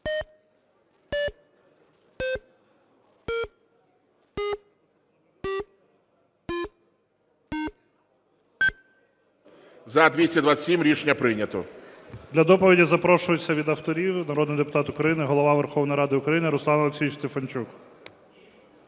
За-252 Рішення прийнято.